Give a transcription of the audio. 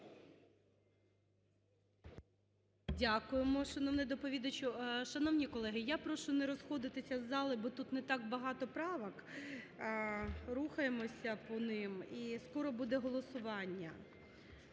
Дякуємо, шановний доповідачу. Шановні колеги, я прошу не розходитися із зали, бо тут не так багато правок. Рухаємося по ним і скоро буде голосування.